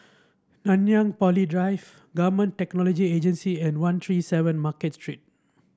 Nanyang Poly Drive Government Technology Agency and One Three Seven Market Street